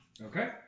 Okay